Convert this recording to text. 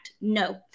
No